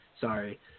sorry